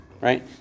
Right